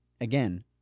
Again